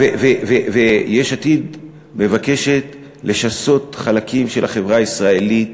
ויש עתיד מבקשת לשסות חלקים של החברה הישראלית